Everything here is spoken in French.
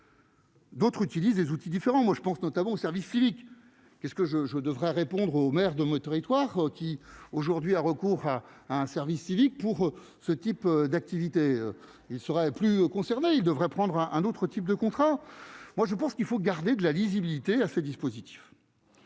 D'autres utilisent des outils différents, moi, je pense notamment au service civique, qu'est ce que je je devrais répondre aux maires de mots territoire qui aujourd'hui a recours à un service civique pour ce type d'activité, il serait plus il devrait prendre un un autre type de contrat, moi je pense qu'il faut garder de la lisibilité à ce dispositif